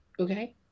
okay